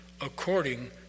according